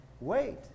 wait